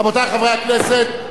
רבותי חברי הכנסת,